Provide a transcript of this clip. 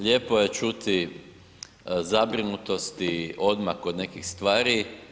Lijepo je čuti zabrinutosti odmah kod nekih stvari.